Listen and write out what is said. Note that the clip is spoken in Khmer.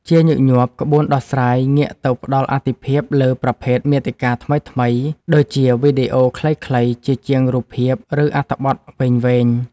ជាញឹកញាប់ ក្បួនដោះស្រាយងាកទៅផ្ដល់អាទិភាពលើប្រភេទមាតិកាថ្មីៗ ដូចជាវីដេអូខ្លីៗជាជាងរូបភាព ឬអត្ថបទវែងៗ។